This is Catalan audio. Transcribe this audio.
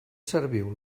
serviu